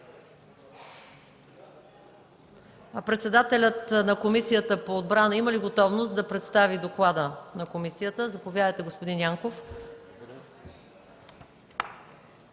Г. Председателят на Комисията по отбрана има ли готовност да представи доклада? Заповядайте, господин Янков.